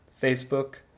Facebook